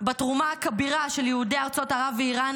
בתרומה הכבירה של יהודי ארצות ערב ואיראן